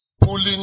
pulling